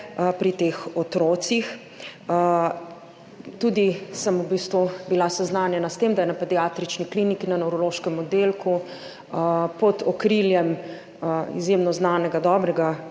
pri teh otrocih- Tudi sem v bistvu bila seznanjena s tem, da je na pediatrični kliniki na nevrološkem oddelku pod okriljem izjemno znanega dobrega